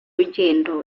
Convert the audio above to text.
rugendo